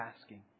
asking